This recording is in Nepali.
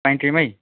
पाइन ट्रीमै